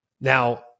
Now